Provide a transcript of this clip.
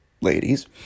ladies